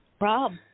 Rob